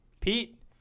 Pete